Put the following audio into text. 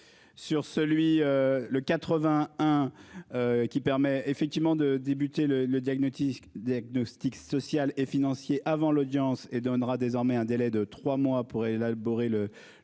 Sur celui le 80 hein. Qui permet effectivement de débuter le le diagnostic diagnostic social et financier avant l'audience et donnera désormais un délai de 3 mois pour élaborer le